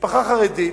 משפחה חרדית,